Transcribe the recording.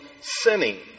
sinning